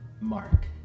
Mark